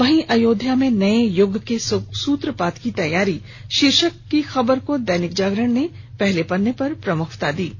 वहीं अयोध्या में नये यूग के सूत्रपात की तैयारी शीर्षक की खबर को दैनिक जागरण ने पहले पत्रे पर प्रमुखता से जगह दी है